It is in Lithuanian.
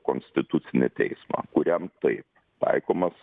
konstitucinį teismą kuriam taip taikomas